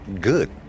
good